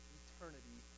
eternity